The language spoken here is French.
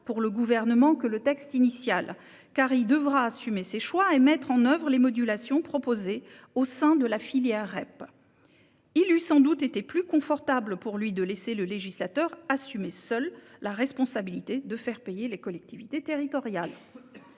qui est proposé dans le texte initial, car il devra en assumer les conséquences et mettre en oeuvre les modulations proposées au sein de la filière REP. Il eût sans doute été plus confortable pour lui de laisser le législateur assumer seul la responsabilité de faire payer les collectivités territoriales.